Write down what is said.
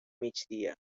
migdia